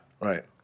Right